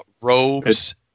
robes